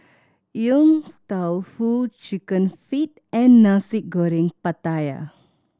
Yong Tau Foo Chicken Feet and Nasi Goreng Pattaya